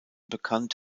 bekannt